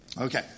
Okay